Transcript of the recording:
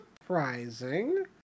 surprising